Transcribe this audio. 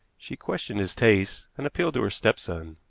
she questioned his taste, and appealed to her stepson.